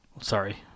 Sorry